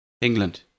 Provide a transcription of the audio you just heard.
England